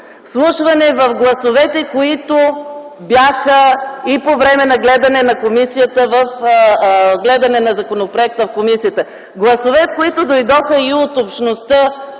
вслушване в гласовете, които бяха и по време на гледане на законопроекта в комисията – гласове, които дойдоха и от общността